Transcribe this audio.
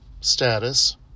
status